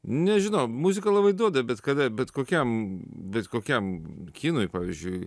nežinau muzika labai duoda bet kada bet kokiam bet kokiam kinui pavyzdžiui